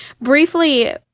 Briefly